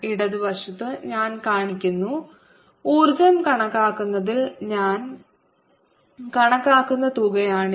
ഇടതുവശത്ത് ഞാൻ കാണിക്കുന്ന ഊർജ്ജം കണക്കാക്കുന്നതിൽ ഞാൻ കണക്കാക്കുന്ന തുകയാണിത്